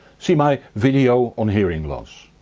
see my videos on hearing loss.